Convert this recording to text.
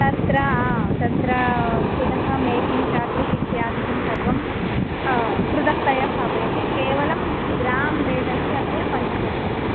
तत्र तत्र पुनः मेकिङ्ग् चार्जस् इत्यादिकं सर्वं पृथक्तया स्थापयन्ति केवलं ग्रां वेट् अस्ति अद्य पञ्चसहस्रं